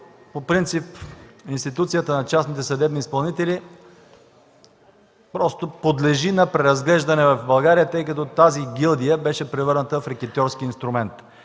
по принцип институцията на частните съдебни изпълнители просто подлежи на преразглеждане в България, тъй като тази гилдия беше превърната в рекетьорски инструмент.